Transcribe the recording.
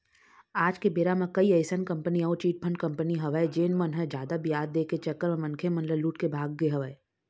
आज के बेरा म कई अइसन कंपनी अउ चिटफंड कंपनी हवय जेन मन ह जादा बियाज दे के चक्कर म मनखे मन ल लूट के भाग गे हवय